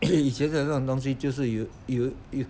以前的这种东西有有有